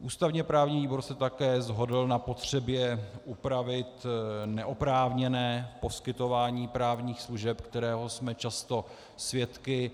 Ústavněprávní výbor se také shodl na potřebě upravit neoprávněné poskytování právních služeb, kterého jsme často svědky.